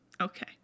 Okay